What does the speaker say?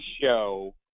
show